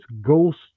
Ghost